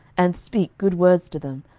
and speak good words to them,